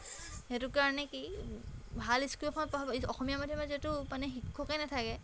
সেইটো কাৰণে কি ভাল স্কুল এখনত পঢ়াব অসমীয়া মাধ্য়মৰ যিহেতু মানে শিক্ষকেই নাথাকে